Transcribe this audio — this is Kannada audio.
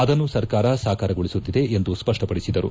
ಅದನ್ನು ಸರ್ಕಾರ ಸಾಕಾರಗೊಳಿಸುತ್ತಿದೆ ಎಂದು ಸ್ವಷ್ಟಪಡಿಸಿದರು